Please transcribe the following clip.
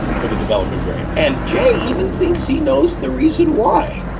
for the developing brain. and jay even thinks he knows the reason why.